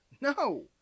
No